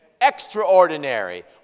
extraordinary